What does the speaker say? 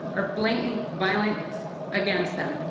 or blatant violence against them.